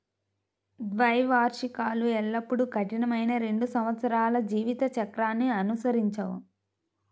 ద్వైవార్షికాలు ఎల్లప్పుడూ కఠినమైన రెండు సంవత్సరాల జీవిత చక్రాన్ని అనుసరించవు